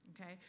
Okay